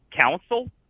council